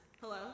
hello